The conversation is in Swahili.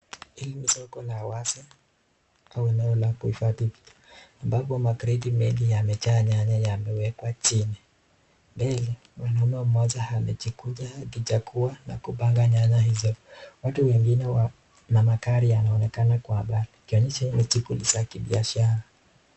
Hili ni soko la wazi au la kibiashara au eneo la kuhifadhi ambapo makreti mingi yamejaa nyanya yamewekwa chini, mbele mwanaume mmoja amekuja kuchagua na kupanga nyanya hizo watu wengine wana magari wanaonekana wakiagana ikionyesha hili shughuli ni la kibiashara.